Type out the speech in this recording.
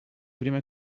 prima